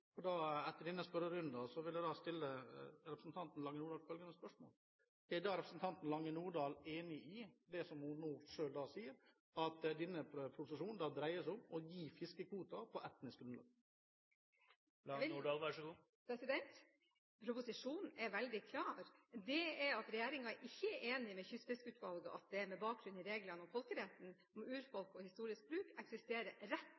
Etter denne spørrerunden vil jeg stille representanten Lange Nordahl følgende spørsmål: Er hun enig i det hun selv sier – at denne proposisjonen dreier seg om å gi fiskekvoter på etnisk grunnlag? Proposisjonen er veldig klar. Regjeringen er ikke enig med Kystfiskeutvalget i at det med bakgrunn i reglene om folkeretten om urfolk og historisk bruk eksisterer rett